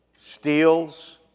steals